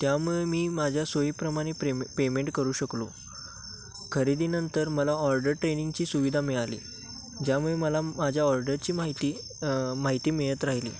त्यामुळे मी माझ्या सोयीप्रमाणे प्रेमे पेमेंट करू शकलो खरेदीनंतर मला ऑर्डर ट्रेनिंगची सुविधा मिळाली ज्यामुळे मला माझ्या ऑर्डरची माहिती माहिती मिळत राहिली